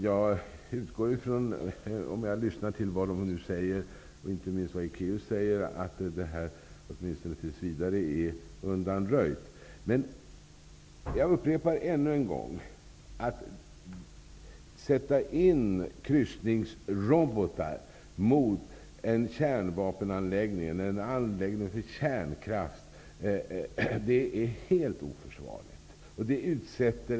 Efter att ha lyssnat till vad de säger, och då inte minst till Rolf Ekéus, utgår jag från att det här åtminstone tills vidare är undanröjt. Jag upprepar ännu en gång: Att sätta in kryssningsrobotar mot en kärnvapenanläggning eller anläggning för kärnkraft är helt oförsvarligt.